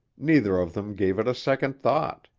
neither of them gave it a second thought.